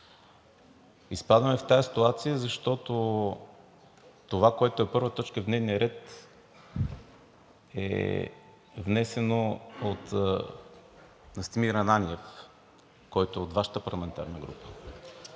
Изпадаме в тази ситуация, защото това, което е първа точка в дневния ред, е внесено от Настимир Ананиев, който е от Вашата парламентарна група.